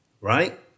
right